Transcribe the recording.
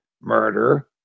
murder